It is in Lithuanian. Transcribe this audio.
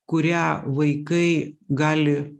kurią vaikai gali